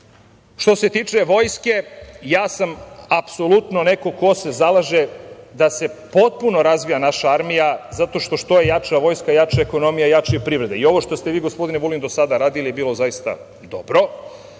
se tiče vojske, ja sam apsolutno neko ko se zalaže da se potpuno razvija naša armija, zato što je jača vojska, jača je ekonomija, jača je i privreda. I ovo što ste vi, gospodine Vulin, do sada radili, bilo je zaista dobro,